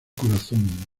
corazón